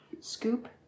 scoop